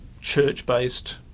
church-based